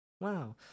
wow